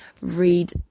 read